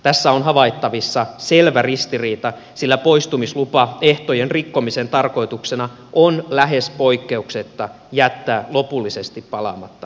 tässä on havaittavissa selvä ristiriita sillä poistumislupaehtojen rikkomisen tarkoituksena on lähes poikkeuksetta jättää lopullisesti palaamatta vankilaan